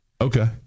Okay